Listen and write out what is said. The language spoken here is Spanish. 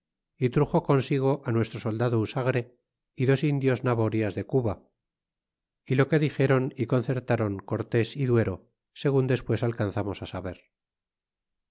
é truxo consigo nuestro soldado usagre y dos indios naborias de cuba é lo que dixéron y concertron cortés y duero segun despues alcanzamos saber